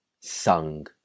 sung